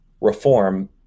reform